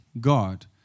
God